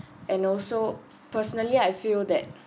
and also personally I feel that